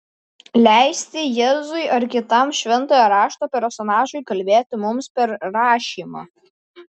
leisti jėzui ar kitam šventojo rašto personažui kalbėti mums per rašymą